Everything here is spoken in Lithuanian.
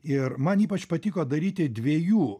ir man ypač patiko daryti dviejų